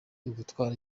ugutwara